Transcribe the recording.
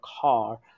car